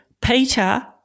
Peter